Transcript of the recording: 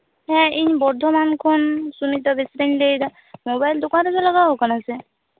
ᱦᱮᱸ ᱤᱧ ᱵᱚᱨᱫᱷᱚᱢᱟᱱ ᱠᱷᱚᱱ ᱥᱩᱱᱤᱛᱟ ᱵᱮᱥᱨᱟᱧ ᱞᱟᱹᱭ ᱮᱫᱟ ᱢᱳᱵᱟᱭᱤᱞ ᱫᱚᱠᱟᱱ ᱨᱮᱜᱮ ᱞᱟᱜᱟᱣ ᱠᱟᱱᱟ ᱥᱮ